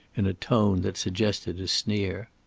in a tone that suggested a sneer.